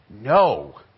No